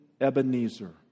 Ebenezer